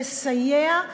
לסייע,